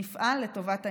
נפעל לטובת העניין.